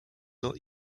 not